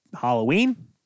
Halloween